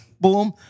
Boom